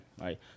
right